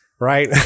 right